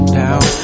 down